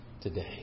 today